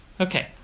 Okay